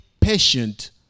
patient